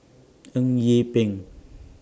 Eng Yee Peng